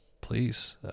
please